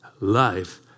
Life